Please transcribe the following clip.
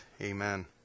Amen